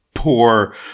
Poor